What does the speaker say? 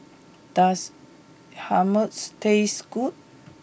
does Hummus taste good